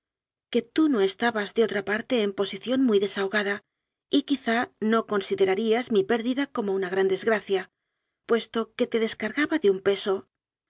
que tú no estabas de otra parte en posición muy des ahogada y quizá no considerarías mi pérdida como una gran desgracia puesto que te descarga ba de un peso